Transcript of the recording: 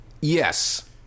Yes